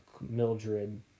Mildred